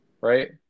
Right